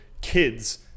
kids